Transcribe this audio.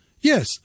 Yes